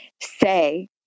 say